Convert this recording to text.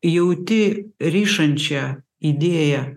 jauti rišančią idėją